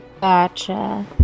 Gotcha